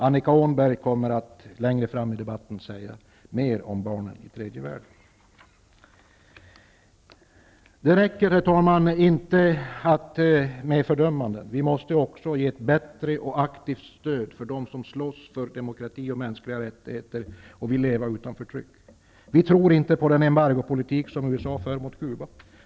Annika Åhnberg kommer längre fram i debatten att tala mer om barnen i tredje världen. Herr talman! Det räcker inte med fördömanden. Vi måste också ge ett bättre och aktivt stöd för dem som slåss för demokrati och mänskliga rättigheter och vill leva utan förtryck. Vi tror inte på den embargopolitik som USA för mot Cuba.